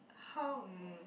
how mm